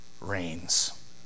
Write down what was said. reigns